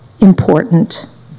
important